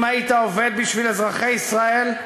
אם היית עובד בשביל אזרחי ישראל,